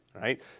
right